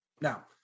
now